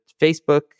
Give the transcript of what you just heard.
Facebook